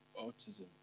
autism